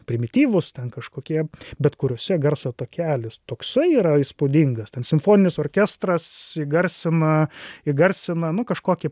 primityvūs ten kažkokie bet kuriose garso takelis toksai yra įspūdingas ten simfoninis orkestras įgarsina įgarsina nu kažkokį